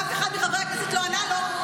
ואף אחד מחברי הכנסת לא ענה לו,